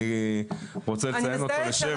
אני רוצה לציין אותו לשבח --- אני מצטערת